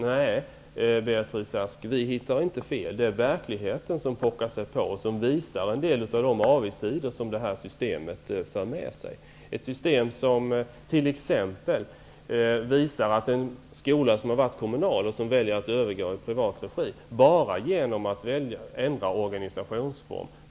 Nej, Beatrice Ask, vi hittar inte fel -- det är verkligheten som tränger sig på och visar en del av de avigsidor som det här systemet för med sig. En skola som har varit kommunal och som väljer att övergå i privat regi får t.ex. mera resurser bara genom att ändra organisationsform.